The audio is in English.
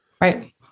Right